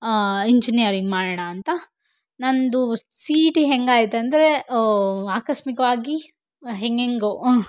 engineering ಮಾಡೋಣ ಅಂತ ನನ್ನದು ಇ ಟಿ ಹೆಂಗಾಯ್ತು ಅಂದರೆ ಆಕಸ್ಮಿಕವಾಗಿ ಹೆಂಗೆಂಗೋ